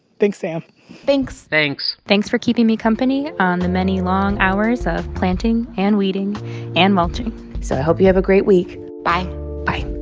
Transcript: thanks, sam thanks thanks thanks for keeping me company on the many long hours of planting and weeding and mulching so i hope you have a great week bye bye